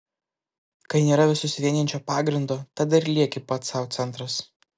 kai nėra visus vienijančio pagrindo tada ir lieki pats sau centras